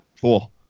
Cool